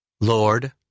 Lord